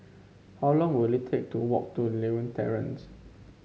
how long will it take to walk to Lewin Terrace